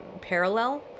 parallel